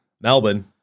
Melbourne